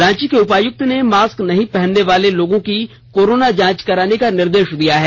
रांची के उपायुक्त ने मास्क नहीं पहनने वाले लोगों की कोरोना जांच कराने का निर्देश दिया है